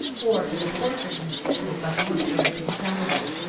or to the tortures inflicted by north american savages.